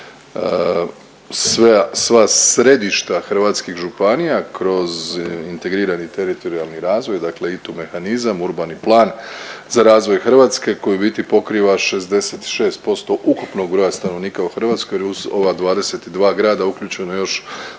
sva središta hrvatskih županija kroz integrirani teritorijalni razvoj, dakle ITU mehanizam, urbani plan za razvoj Hrvatske koji u biti pokriva 66% ukupnog broja stanovnika u Hrvatskoj jer uz ova 22 grada uključeno je